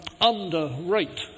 underrate